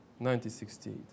1968